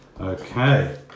Okay